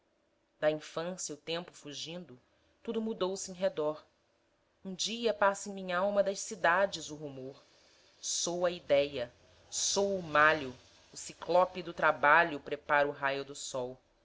da infância o tempo fugindo tudo mudou-se em redor um dia passa em minha'alma das cidades o rumor soa a idéia soa o malho o ciclope do trabalho prepara o raio do sol